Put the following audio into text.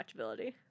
watchability